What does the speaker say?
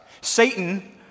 Satan